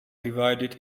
divided